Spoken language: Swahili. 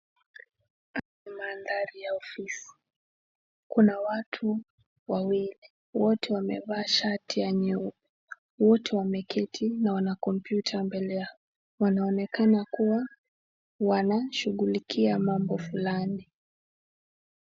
Hapa ni mandhari ya ofisi. Kuna watu wawili, wote wamevaa shati ya nyeupe. Wote wameketi na wana kompyuta mbele yao. Wanaonekana kuwa wanashughulikia mambo fulani.